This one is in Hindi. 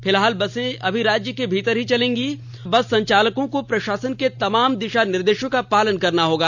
फिलहाल बसें अभी राज्य के भीतर ही चलेंगी और बस संचालकों को प्रशासन के तमाम दिशा निर्देशों का पालन करना होगा